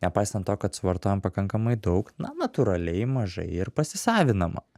nepaisant to kad suvartojam pakankamai daug na natūraliai mažai ir pasisavinama